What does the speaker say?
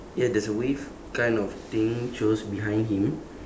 ya there's a wave kind of thing shows behind him